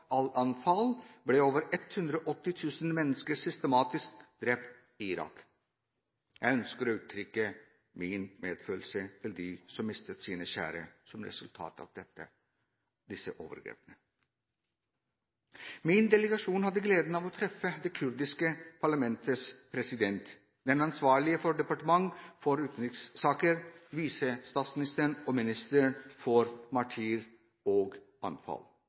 Al Anfal, ble over 180 000 mennesker systematisk drept i Irak. Jeg ønsker å uttrykke min medfølelse med dem som mistet sine kjære som et resultat av disse overgrepene. Min delegasjon hadde gleden av å treffe det kurdiske parlamentets president, den ansvarlige for departementet for utenrikssaker, visestatsministeren og ministeren for martyrer og